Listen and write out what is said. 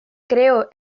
creó